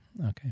Okay